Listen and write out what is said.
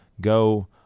go